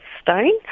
stone